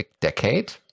decade